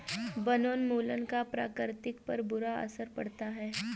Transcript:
वनोन्मूलन का प्रकृति पर बुरा असर पड़ता है